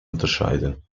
unterscheiden